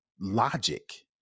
logic